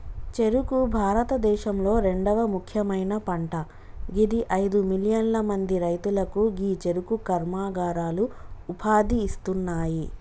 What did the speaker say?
చెఱుకు భారతదేశంలొ రెండవ ముఖ్యమైన పంట గిది అయిదు మిలియన్ల మంది రైతులకు గీ చెఱుకు కర్మాగారాలు ఉపాధి ఇస్తున్నాయి